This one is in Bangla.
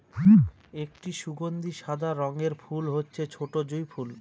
একটি সুগন্ধি সাদা রঙের ফুল হচ্ছে ছোটো জুঁই ফুল